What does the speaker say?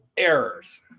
Errors